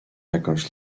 jakąś